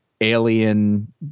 alien